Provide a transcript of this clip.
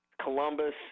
Columbus